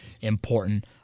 important